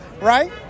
right